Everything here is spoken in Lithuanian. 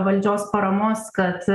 valdžios paramos kad